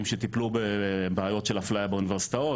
שטיפלו בבעיות של אפליה באוניברסיטאות,